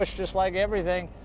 like just like everything.